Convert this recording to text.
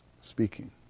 speaking